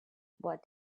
what